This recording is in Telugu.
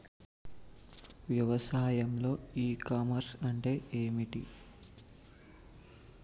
వ్యవసాయంలో ఇ కామర్స్ అంటే ఏమిటి?